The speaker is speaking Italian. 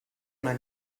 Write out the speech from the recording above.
una